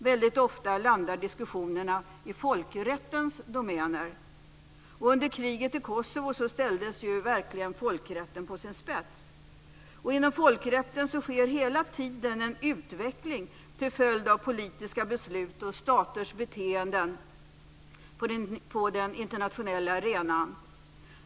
Väldigt ofta landar diskussionerna på folkrättens domäner. Under kriget i Kosovo ställdes verkligen folkrätten på sin spets. Inom folkrätten sker hela tiden en utveckling till följd av politiska beslut och staters beteenden på den internationella arenan.